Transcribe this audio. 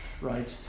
right